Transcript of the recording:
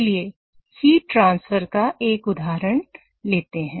चलिए heat transfer का एक उदाहरण लेते हैं